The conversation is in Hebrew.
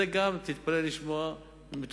תתפלא לשמוע שגם זה,